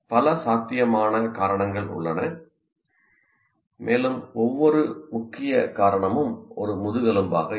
பல சாத்தியமான காரணங்கள் உள்ளன மேலும் ஒவ்வொரு முக்கிய காரணமும் ஒரு முதுகெலும்பாக இருக்கும்